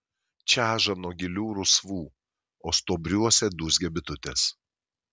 čeža nuo gilių rusvų o stuobriuose dūzgia bitutės